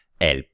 El